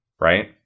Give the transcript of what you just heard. Right